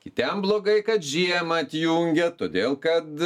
kitiem blogai kad žiemą atjungia todėl kad